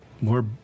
More